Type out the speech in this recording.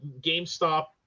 GameStop